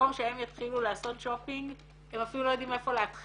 למקום שהם יתחילו לעשות שופינג והם אפילו לא יודעים איפה להתחיל.